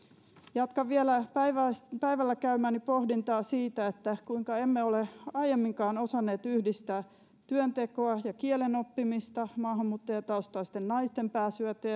jatkan vielä päivällä käymääni pohdintaa siitä kuinka emme ole aiemminkaan osanneet yhdistää työntekoa ja kielenoppimista maahanmuuttajataustaisten naisten pääsyä